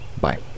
Bye